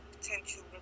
potential